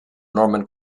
norman